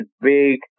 big